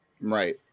right